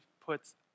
puts